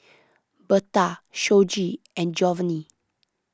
Bertha Shoji and Jovanni